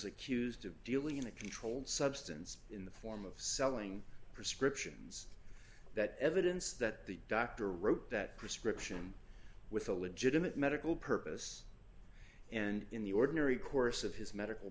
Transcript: accused of dealing in a controlled substance in the form of selling prescriptions that evidence that the doctor wrote that prescription with a legitimate medical purpose and in the ordinary course of his medical